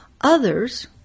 others